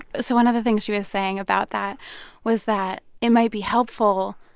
so one of the things she was saying about that was that it might be helpful,